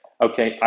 Okay